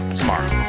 tomorrow